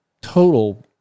total